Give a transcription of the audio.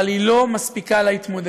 אבל היא לא מספיקה להתמודדות.